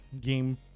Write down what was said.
game